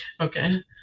Okay